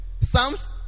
Psalms